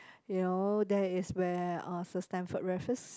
you know there is where our Sir Stamford Raffles